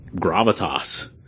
gravitas